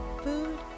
food